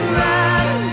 ride